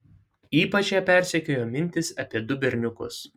ypač ją persekiojo mintys apie du berniukus